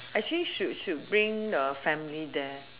actually should should bring the family there